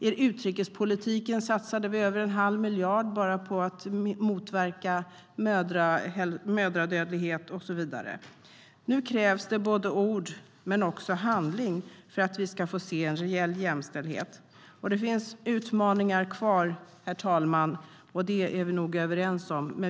I utrikespolitiken satsade vi över 1⁄2 miljard bara på att motverka mödradödlighet. Nu krävs det inte bara ord utan också handling för att vi ska få se en reell jämställdhet. Det finns utmaningar kvar, herr talman; det är vi nog överens om.